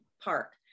Park